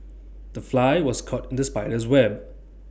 the fly was caught in the spider's web